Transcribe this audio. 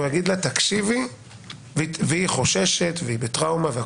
והיא חוששת ובטראומה,